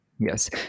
Yes